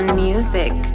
music